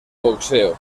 boxeo